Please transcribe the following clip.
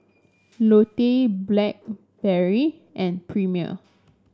Lotte Blackberry and Premier